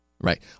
Right